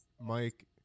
Mike